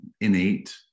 innate